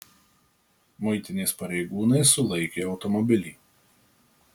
muitinės pareigūnai sulaikė automobilį